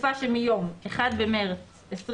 בתקופה שמיום (1 במרס 2020)